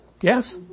Yes